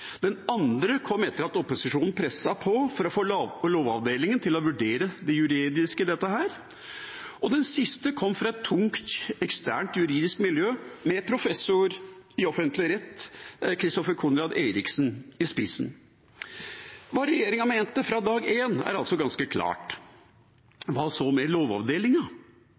den andre kom etter at opposisjonen presset på for å få Lovavdelingen til å vurdere det juridiske i dette, og den siste kom fra et tungt, eksternt juridisk miljø, med professor i offentlig rett, Christoffer Conrad Eriksen, i spissen. Hva regjeringa mente fra dag én, er altså ganske klart. Hva så med